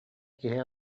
киһи